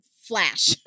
flash